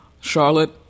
Charlotte